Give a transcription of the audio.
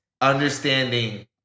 understanding